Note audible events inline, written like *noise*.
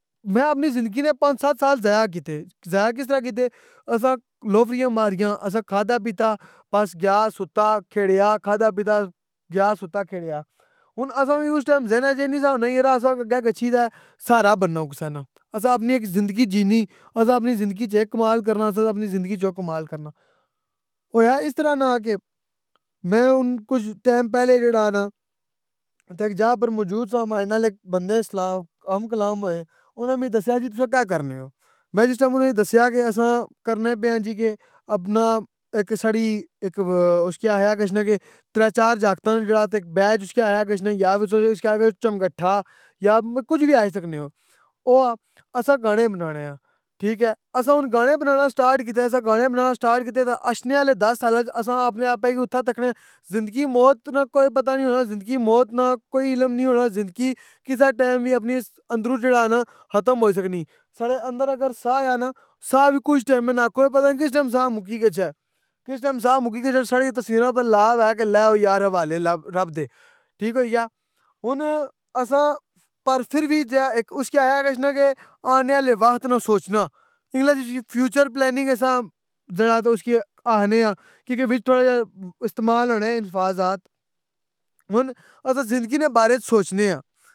میں اپنی زندگی نے پنج ست سال ضائع کیتے, ضائع کس طرح کیتے اساں لوفریان ماریاں اساں کھادا پیتا بس جا ستا کھیڈیا کھادا پیتا جا ستا کھیڈیا, ہن اساں وی اُس ٹائم ذہناں اچ اے نس اخنا یرا اساں کتھے گچھی تہ سہارا بننا کساں ناں, اساں اپنی اِک زندگی جینی, اساں اپنی زندگی اچ اے کمال کرنا اساں اپنی زندگی اچ او کمال کرنا, ہویا اِس طرح نہ کہ میں ہن کج ٹیم پہلے جیڑا نا اِک جہ پر موجود ساں ماڑے نال اِک بندہ صلاح ہمکلام ہوئے اناں مکی دسیا جی تُسی کے کرنے او, میں جِس ٹیم اُنا کی دسیا کہ اساں کرنے پیاں جی کہ اپنا اِک ساڑی اِک اُسکی آخیا گشنا کہ ترے چار جاکتاں جیڑا تہ اِک بیڈج اُسکی آخیا گشنا یار *unintelligible* چمگٹھا یا کش وی آخ سکنے او, او اسی گانے بنانے آں ٹھیک ہے اساں ہن گانے بنانا سٹارٹ کیتے اساں گانے بنانا سٹارٹ کیتے تاں اشنے آلے دس سالاں اچ اساں اپنے آپہ کی اتھاں تکنے زندگی موت نہ کوئی پتہ نی ہونا زندگی موت نہ کوئی علم نی ہونا زندگی کسے ٹیم وی اپنی اندروں جیڑا نہ ختم ہوئی سكنی, ساڑے اندر اگر سہ ہے نہ, سہ وی کش ٹیمے نا کوئی پتہ نی کس ٹیم سہ مکی گچھے, کس ٹیم سہ مکی گچھے ساڑی تصویراں پر لا لا لہ کہ لے جاؤ حوالے رب دے, ٹھیک ہوئی گیا, ہن اساں پر فر وی جیڑا اِک اُسکی اخا گشنے کہ آخنے نا لیواہت نال سوچنا, انگلش اچ وی فیوچر پلاننگ اساں *unintelligible* اُسکی آخنے آں کیوں کہ وِچ تھوڑا جیا استمال ہونے الفاظات, ہن اساں زندگی نے بارے سوچنے آں۔